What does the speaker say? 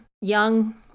young